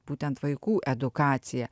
būtent vaikų edukaciją